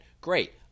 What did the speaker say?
Great